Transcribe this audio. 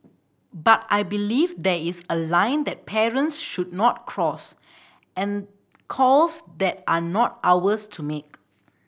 but I believe there is a line that parents should not cross and calls that are not ours to make